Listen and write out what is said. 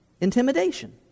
intimidation